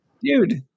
Dude